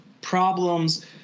problems –